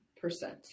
percent